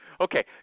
Okay